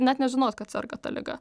net nežinos kad serga ta liga